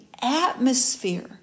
atmosphere